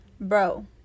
bro